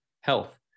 health